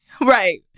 right